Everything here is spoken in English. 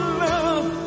love